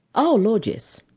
oh lord yes.